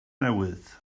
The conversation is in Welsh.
newydd